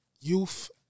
youth